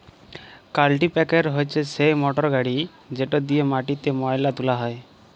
কাল্টিপ্যাকের হছে সেই মটরগড়ি যেট দিঁয়ে মাটিতে ময়লা তুলা হ্যয়